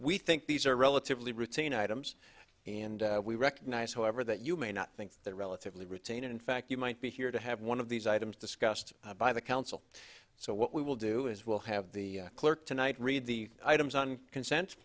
we think these are relatively routine items and we recognize however that you may not think that relatively routine in fact you might be here to have one of these items discussed by the council so what we will do is we'll have the clerk tonight read the items on consent